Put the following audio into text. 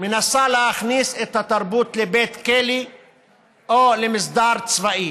מנסה להכניס את התרבות לבית כלא או למסדר צבאי.